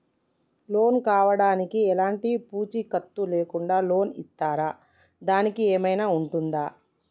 Loan కావడానికి ఎలాంటి పూచీకత్తు లేకుండా లోన్ ఇస్తారా దానికి ఏమైనా ఉంటుందా?